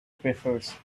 prefers